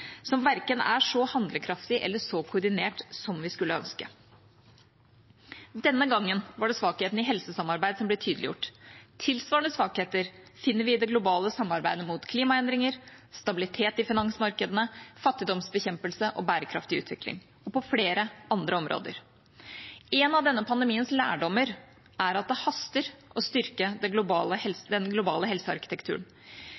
som verken er så handlekraftig eller koordinert som vi skulle ønske. Denne gangen var det svakhetene i helsesamarbeidet som ble tydeliggjort. Tilsvarende svakheter finner vi i det globale samarbeidet mot klimaendringer, stabilitet i finansmarkedene, fattigdomsbekjempelse og bærekraftig utvikling og på flere andre områder. En av denne pandemiens lærdommer er at det haster å styrke den globale